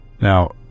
Now